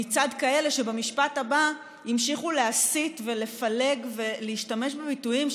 מצד כאלה שבמשפט הבא המשיכו להסית ולפלג ולהשתמש בביטויים,